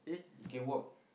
you can walk